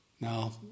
Now